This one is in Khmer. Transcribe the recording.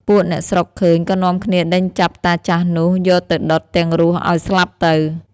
ពួកអ្នកស្រុកឃើញ ក៏នាំគ្នាដេញចាប់តាចាស់នោះ យកទៅដុតទាំងរស់ឲ្យស្លាប់ទៅ ។